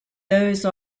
those